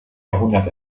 jahrhundert